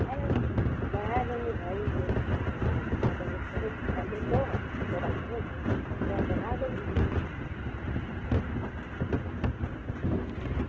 अरे बढ़ा देंगे भाई जो समझ में आएगा बढ़ा देंगे पहले तो करिए तो थोड़ा बहुत उसके बाद बढ़ा देंगे ठीक